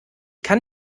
kann